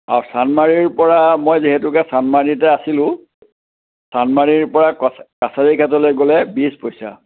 অঁ চান্দমাৰীৰ পৰা মই যিহেতুকে চান্দমাৰীতে আছিলোঁ চান্দমাৰীৰ পৰা ক কাছাৰী ঘাটলৈ গ'লে বিছ পইচা